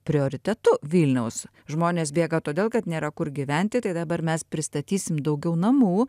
prioritetu vilniaus žmonės bėga todėl kad nėra kur gyventi tai dabar mes pristatysim daugiau namų